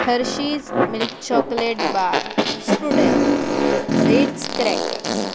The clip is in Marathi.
Hershey's milk chocolate bar strudel reds crackers